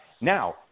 Now